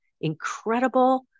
incredible